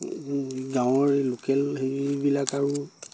গাঁৱৰ লোকেল সেইবিলাক আৰু